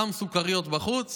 שם סוכריות בחוץ